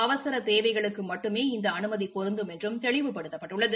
அவசர தேவைகளுக்கு மட்டுமே இந்த அனுமதி பொருந்தும் என்றும் தெளிவுபடுத்தப்பட்டுள்ளது